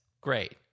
great